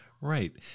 Right